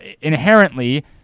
inherently